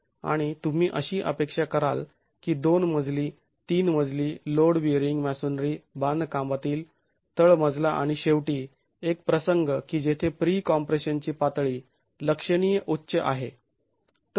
आणि तुम्ही अशी अपेक्षा कराल की दोन मजली तीन मजली लोड बियरींग मॅसोनरी बांधकामातील तळमजला आणि शेवटी एक प्रसंग की जेथे प्री कॉम्प्रेशन ची पातळी लक्षणीय उच्च आहे